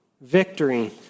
Victory